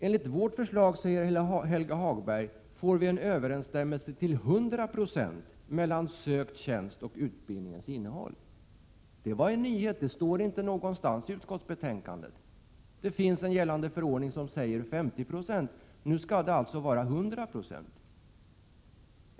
Enligt vårt förslag, säger Helge Hagberg, får vi en överenstämmelse till 100 26 mellan sökt tjänst och utbildningens innehåll. Det var en nyhet, det står inte någonstans i utskottsbetänkandet. Det finns en gällande förordning som säger 50 26. Nu skall det alltså vara 100 Zo.